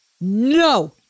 No